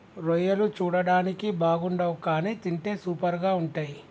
రొయ్యలు చూడడానికి బాగుండవ్ కానీ తింటే సూపర్గా ఉంటయ్